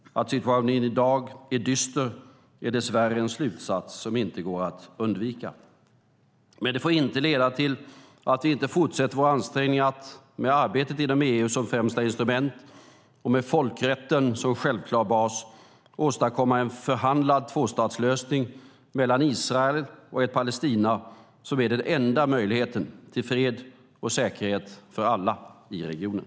Att situationen i dag är dyster är dess värre en slutsats som inte går att undvika. Men det får inte leda till att vi inte fortsätter våra ansträngningar att, med arbetet inom EU som främsta instrument och med folkrätten som självklar bas, åstadkomma en förhandlad tvåstatslösning mellan Israel och ett Palestina som är den enda möjligheten till fred och säkerhet för alla i regionen.